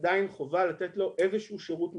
עדיין חובה לתת איזשהו שירות מינימלי.